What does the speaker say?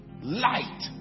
light